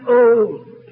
old